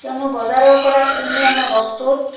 কিয়নো বজাৰৰ পৰা কিনি অনা বস্তুত